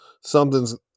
Something's